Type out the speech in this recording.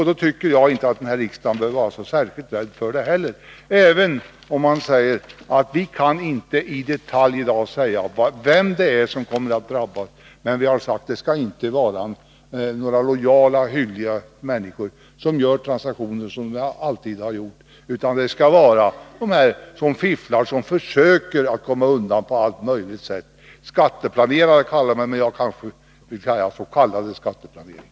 Då bör inte heller denna riksdag vara så särskilt rädd, även om vi i dag inte i detalj kan säga vem som kommer att drabbas. Vi har dock förklarat att klausulen inte skall drabba lojala hyggliga människor, som gör sådana transaktioner som de alltid har gjort, utan den som på alla möjliga sätt försöker komma undan skatt. Skatteplanerare kallas de, men jag vill säga s.k. skatteplanerare.